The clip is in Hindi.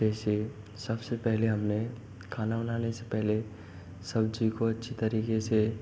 जैसे सबसे पहले हमने खाना बनाने से पहले सब्ज़ी को अच्छी तरीके से